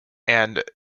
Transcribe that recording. and